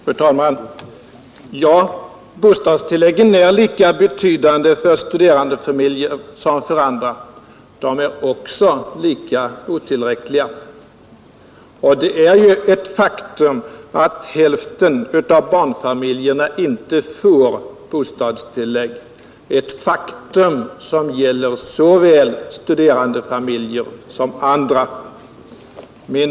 Fru talman! Bostadstilläggen är lika betydelsefulla för studerandefamiljer som för andra — och de är också lika otillräckliga. Hälften av barnfamiljerna får heller inte något bostadstillägg. Det är ett faktum som gäller såväl studerandefamiljer som andra familjer.